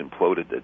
imploded